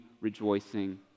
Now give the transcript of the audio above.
rejoicing